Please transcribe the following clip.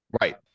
right